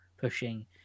pushing